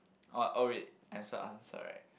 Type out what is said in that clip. oh all it as your answer right